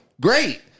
great